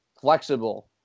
flexible